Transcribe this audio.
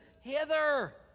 hither